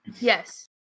yes